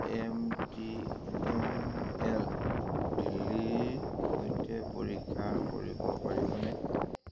M T N L দিল্লীৰ সৈতে পৰীক্ষা কৰিব পাৰিবনে